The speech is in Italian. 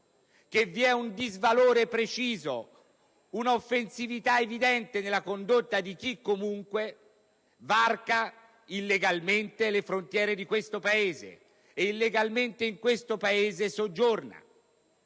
che vi è un disvalore preciso e un'offensività evidente nella condotta di chi, comunque, varca illegalmente le frontiere di questo Paese e illegalmente in questo Paese soggiorna.